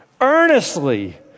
earnestly